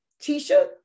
Tisha